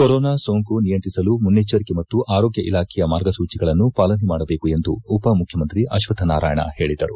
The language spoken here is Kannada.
ಕೊರೋನಾ ಸೋಂಕು ನಿಯಂತ್ರಿಸಲು ಮುನೈಜ್ವರಿಕೆ ಮತ್ತು ಆರೋಗ್ತ ಇಲಾಖೆಯ ಮಾರ್ಗಸೂಚಿಗಳನ್ನು ಪಾಲನೆ ಮಾಡಬೇಕು ಎಂದು ಉಪಮುಖ್ಯಮಂತ್ರಿ ಅಶ್ವತ್ತ ನಾರಾಯಣ ಪೇಳಿದರು